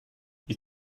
you